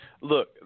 Look